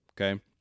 Okay